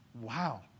Wow